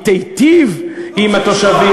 היא תיטיב עם התושבים,